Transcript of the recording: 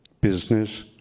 Business